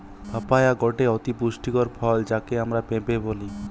papaya গটে অতি পুষ্টিকর ফল যাকে আমরা পেঁপে বলি